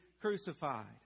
crucified